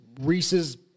Reese's